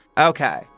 Okay